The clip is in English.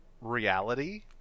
reality